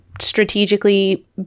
strategically